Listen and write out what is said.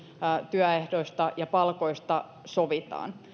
työehdoista ja palkoista sovitaan